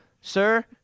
Sir